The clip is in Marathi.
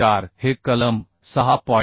4 हे कलम 6